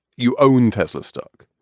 you own tesla's stock.